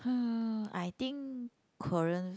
[huh] I think Korean